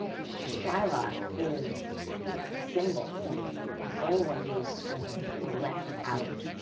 shylock is a symbol of anyone who is scorned or left out,